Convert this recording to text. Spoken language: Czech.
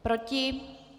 Proti?